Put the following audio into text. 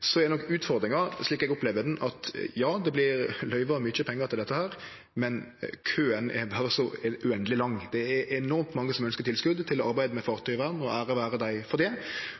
Så er nok utfordringa, slik eg opplever ho, at ja, det vert løyvd mykje pengar til dette, men køen er berre så uendeleg lang. Det er enormt mange som ønskjer tilskot til arbeid med fartøyvern, og ære vere dei for det.